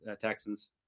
Texans